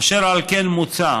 אשר על כן מוצע,